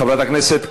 חברת הכנסת קארין,